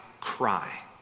cry